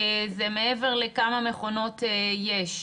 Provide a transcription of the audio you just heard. זה מעבר לכמה מכונות יש,